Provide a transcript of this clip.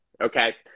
okay